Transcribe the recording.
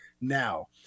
now